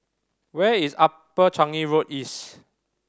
where is Upper Changi Road East